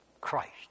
Christ